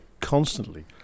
constantly